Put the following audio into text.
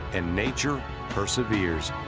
and nature perseveres.